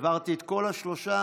העברתי את כל השלוש,